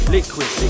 Liquid